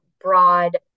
broad